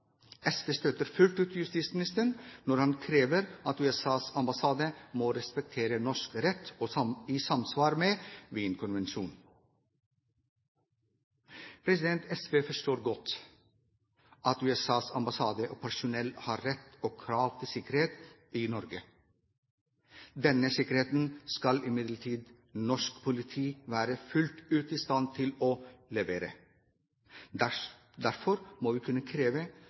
SV støtter fullt ut justisministeren når han krever at USAs ambassade må respektere norsk rett i samsvar med Wien-konvensjonen. SV forstår godt at USAs ambassade og personell har rett til og krav på sikkerhet i Norge. Denne sikkerheten skal imidlertid norsk politi være fullt ut i stand til å levere. Derfor må vi kunne kreve